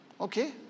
Okay